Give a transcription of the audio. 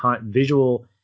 visual